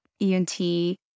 ENT